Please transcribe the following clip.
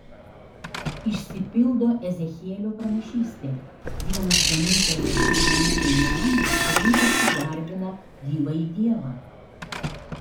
išsipildo ezechielio pranašystė vienas ganytojas ir viena kaimenė susirinkusi garbina gyvąjį dievą